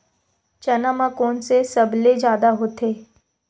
चना म कोन से सबले जादा होथे?